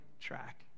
track